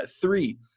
Three